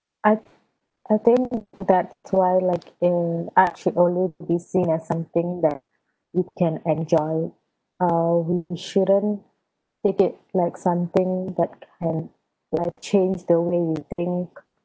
I I think that's why like in art should only be seen as something that you can enjoy uh shouldn't make it like something that can like change the way you think